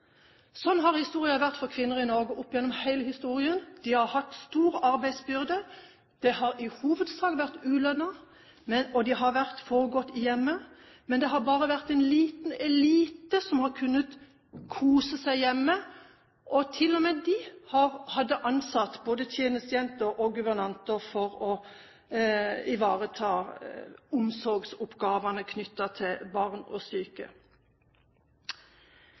Sånn har det vært for kvinner i Norge opp gjennom hele historien. De har hatt stor arbeidsbyrde. Arbeidet har i hovedsak vært ulønnet, og det har foregått i hjemmet. Men det har bare vært en liten elite som har kunnet kose seg hjemme, og til og med de hadde ansatt både tjenestejenter og guvernanter for å ivareta omsorgsoppgavene knyttet til barn og syke.